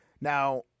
Now